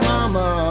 Mama